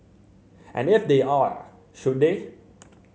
and if they are should they